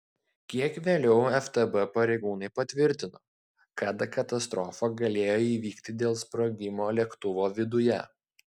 kiek vėliau ftb pareigūnai patvirtino kad katastrofa galėjo įvykti dėl sprogimo lėktuvo viduje